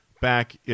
back